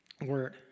word